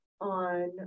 on